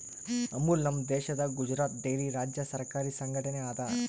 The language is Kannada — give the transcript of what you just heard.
ಅಮುಲ್ ನಮ್ ದೇಶದ್ ಗುಜರಾತ್ ಡೈರಿ ರಾಜ್ಯ ಸರಕಾರಿ ಸಂಘಟನೆ ಅದಾ